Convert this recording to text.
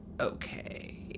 Okay